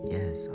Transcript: Yes